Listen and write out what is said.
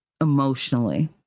emotionally